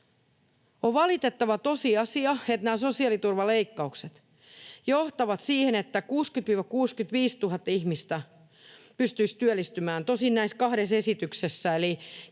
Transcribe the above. On valitettava tosiasia, että nämä sosiaaliturvaleikkaukset johtavat siihen, että 60 000—65 000 ihmistä pystyisi työllistymään — tosin näissä kahdessa esityksessä,